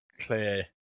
clear